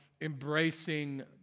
embracing